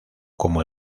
como